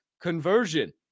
conversion